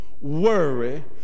worry